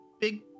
big